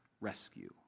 rescue